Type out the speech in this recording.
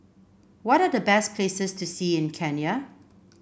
what are the best places to see in Kenya